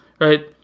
Right